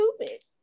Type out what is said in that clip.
stupid